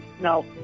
No